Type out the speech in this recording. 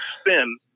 spin